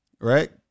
Right